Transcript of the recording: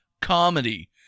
comedy